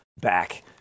back